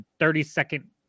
30-second